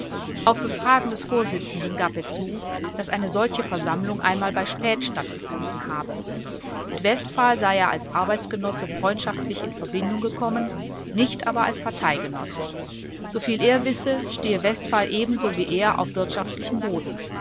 auf befragen des vorsitzenden gab er zu daß eine solche versammlung einmal bei späth stattgefunden habe mit westphal sei er als arbeitsgenosse freundschaftlich in verbindung gekommen nicht aber als parteigenosse soviel er wisse stehe westphal ebenso wie er auf wirtschaftlichem boden